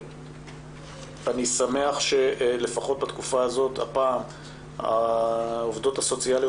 אני שמח שלפחות בתקופה הזאת העובדות הסוציאליות